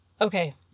Okay